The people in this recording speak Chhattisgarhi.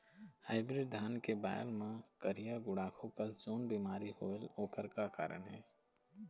हाइब्रिड धान के बायेल मां करिया गुड़ाखू कस जोन बीमारी होएल ओकर का कारण हे?